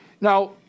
Now